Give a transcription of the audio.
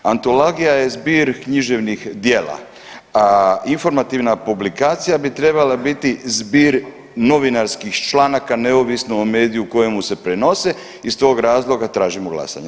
Antologija je zbir književnih djela, a informativna publikacija bi trebala biti zbir novinarskih članaka neovisno o mediju u kojemu se prenose i iz tog razloga tražimo glasanje.